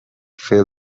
fell